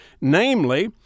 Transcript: namely